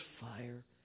fire